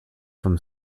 from